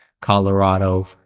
Colorado